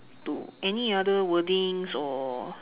two any other wordings or